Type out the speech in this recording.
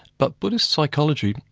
but buddhist psychology,